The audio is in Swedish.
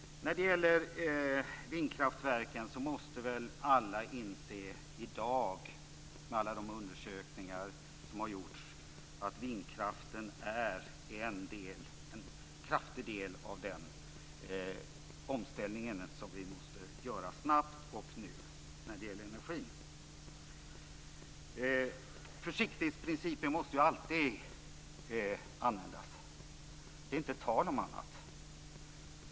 När det gäller vindkraftverken måste väl alla i dag efter de undersökningar som har gjorts inse att vindkraften måste ingå som en kraftig del av den energiomställning som vi snabbt måste göra. Det är inte tal om annat än att försiktighetsprincipen alltid måste användas.